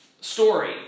story